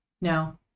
no